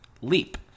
Leap